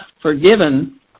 forgiven